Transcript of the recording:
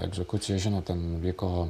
egzekucija žinot ten vyko